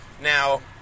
Now